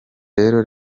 rero